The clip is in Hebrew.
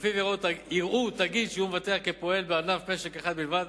שלפיו יראו תאגיד שהוא מבטח כפועל בענף משק אחד בלבד,